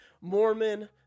Mormon